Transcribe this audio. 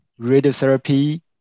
radiotherapy